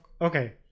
okay